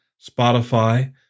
Spotify